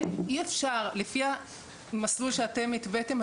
לפי המסלול שאתם התוויתם,